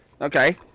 Okay